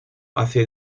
hace